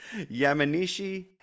Yamanishi